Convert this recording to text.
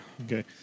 Okay